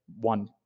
one